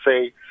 say